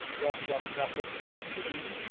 plucked from class of sixteen.